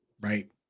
Right